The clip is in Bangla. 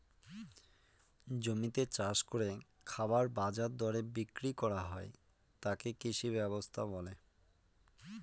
জমিতে চাষ করে খাবার বাজার দরে বিক্রি করা হয় তাকে কৃষি ব্যবস্থা বলে